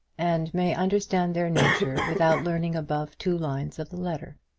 and may understand their nature, without learning above two lines of the letter.